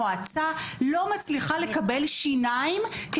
המועצה לא מצליחה לקבל שיניים,